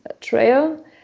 trail